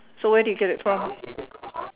so where do you get it from